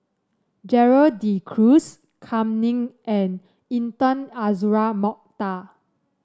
Gerald De Cruz Kam Ning and Intan Azura Mokhtar